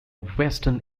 western